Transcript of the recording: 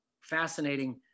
fascinating